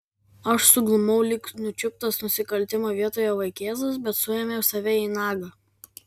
aš suglumau lyg nučiuptas nusikaltimo vietoje vaikėzas bet suėmiau save į nagą